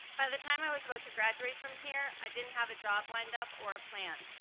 by the time i was about to graduate from here, i didn't have a job lined up or a plan.